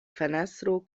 fenestro